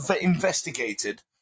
investigated